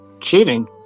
cheating